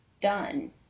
done